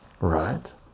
right